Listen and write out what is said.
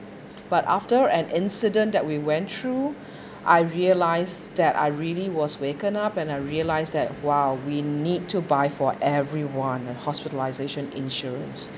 but after an incident that we went through I realised that I really was waken up and I realised that !wow! we need to buy for everyone an hospitalisation insurance